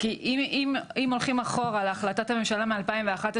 אם הולכים אחורה להחלטת הממשלה משנת 2011,